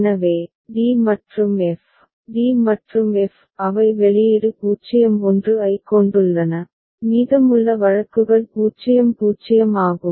எனவே d மற்றும் f d மற்றும் f அவை வெளியீடு 0 1 ஐக் கொண்டுள்ளன மீதமுள்ள வழக்குகள் 0 0 ஆகும்